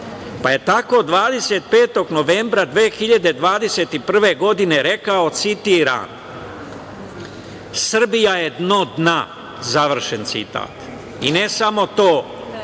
pa je tako 25. novembra 2021. godine rekao, citiram – Srbija je dno dna, završen citat. I ne samo to,